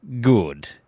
good